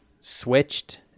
switched